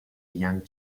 young